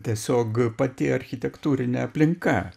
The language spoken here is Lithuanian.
tiesiog pati architektūrinė aplinka